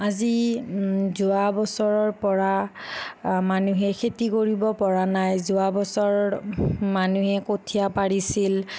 আজি যোৱা বছৰৰ পৰা মানুহে খেতি কৰিব পৰা নাই যোৱা বছৰৰ মানুহে কঠিয়া পাৰিছিল